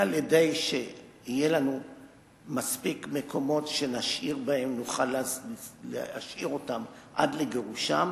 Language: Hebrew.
הן על-ידי שיהיו לנו מספיק מקומות שנוכל להשאיר אותם עד לגירושם